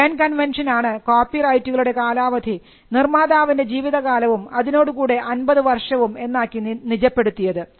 burn convention ആണ് കോപ്പിറൈറ്റുകളുടെ കാലാവധി നിർമ്മാതാവിൻറെ ജീവിതകാലവും അതിനോട് കൂടെ 50 വർഷവും എന്നാക്കി നിജപ്പെടുത്തിയത്